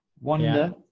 Wonder